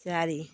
ଚାରି